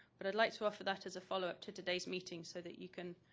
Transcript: but i'd like to offer that as a follow up to today's meeting so that you can